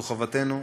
זו חובתנו